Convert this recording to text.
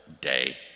day